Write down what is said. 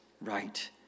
right